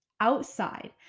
outside